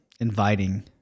inviting